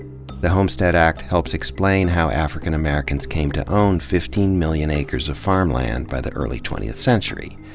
the homestead act helps explain how african americans came to own fifteen million acres of farmland by the early twentieth century.